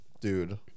dude